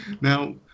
Now